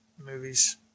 movies